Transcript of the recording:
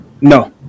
No